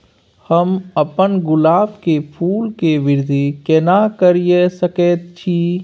हम अपन गुलाब के फूल के वृद्धि केना करिये सकेत छी?